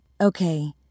Okay